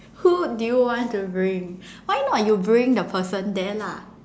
who do you want to bring why not you bring the person there lah